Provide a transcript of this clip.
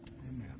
Amen